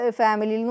family